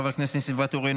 חבר הכנסת ניסים ואטורי,